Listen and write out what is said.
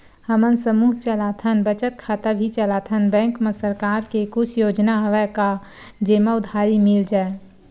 हमन समूह चलाथन बचत खाता भी चलाथन बैंक मा सरकार के कुछ योजना हवय का जेमा उधारी मिल जाय?